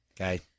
Okay